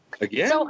Again